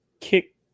kick